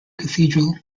cathedral